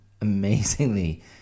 amazingly